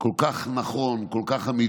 שדיברת כל כך נכון, כל כך אמיתי.